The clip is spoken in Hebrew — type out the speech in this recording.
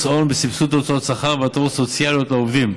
הון ובסבסוד הוצאות שכר והטבות סוציאליות לעובדים,